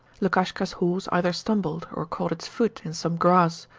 lukashka's horse either stumbled or caught its foot in some grass,